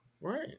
Right